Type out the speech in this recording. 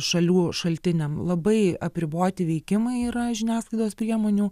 šalių šaltiniam labai apriboti veikimai yra žiniasklaidos priemonių